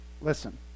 listen